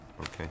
Okay